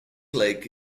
lake